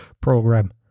program